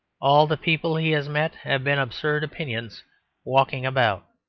all the people he has met have been absurd opinions walking about.